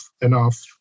enough